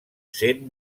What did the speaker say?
sent